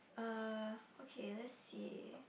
uh okay let's see